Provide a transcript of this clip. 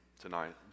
tonight